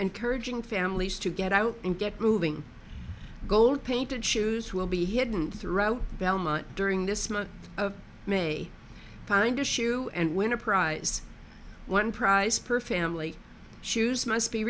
encouraging families to get out and get moving gold painted shoes will be hidden throughout belmont during this month of may find issue and win a prize one price per family shoes must be